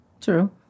True